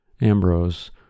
Ambrose